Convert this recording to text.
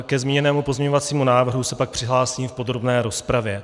Ke zmíněnému pozměňovacímu návrhu se pak přihlásím v podrobné rozpravě.